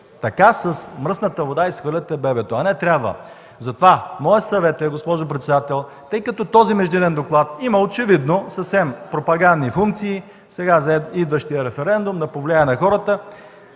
Така с мръсната вода изхвърляте бебето, а не трябва. Затова, моят съвет е, госпожо председател, тъй като този Междинен доклад има очевидно съвсем пропагандни функции – да повлияе на хората